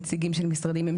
נציגים של משרדים ממשלתיים.